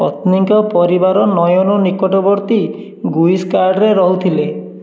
ପତ୍ନୀଙ୍କ ପରିବାର ନୟୋନ ନିକଟବର୍ତ୍ତୀ ଗୁଇସକାଡ଼ରେ ରହୁଥିଲେ